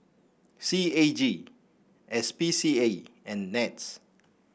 C A G S P C A and NETS